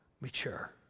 mature